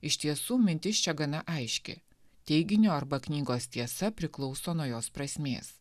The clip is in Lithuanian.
iš tiesų mintis čia gana aiški teiginio arba knygos tiesa priklauso nuo jos prasmės